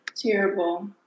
Terrible